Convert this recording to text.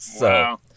Wow